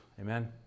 Amen